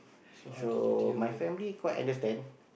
so my family quite understand